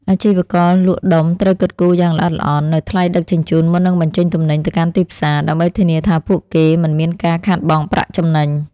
អាជីវករលក់ដុំត្រូវគិតគូរយ៉ាងល្អិតល្អន់នូវថ្លៃដឹកជញ្ជូនមុននឹងបញ្ចេញទំនិញទៅកាន់ទីផ្សារ ដើម្បីធានាថាពួកគេមិនមានការខាតបង់ប្រាក់ចំណេញ។